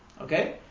Okay